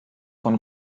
von